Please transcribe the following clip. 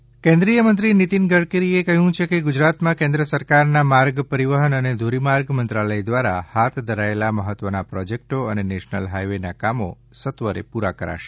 નીતિન ગડકરી કેન્દ્રીય મંત્રી નીતીન ગડકરીએ કહ્યું છે કે ગુજરાતમાં કેન્દ્ર સરકારના માર્ગ પરિવહન અને ધોરીમાર્ગ મંત્રાલય દ્રારા હાથ ધરાયેલા મહત્વના પ્રોજેકટો અને નેશનલ હાઈવેનાં કામો સત્વરે પૂરા કરાશે